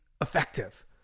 effective